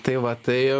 tai va tai